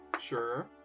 Sure